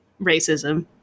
racism